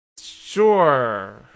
Sure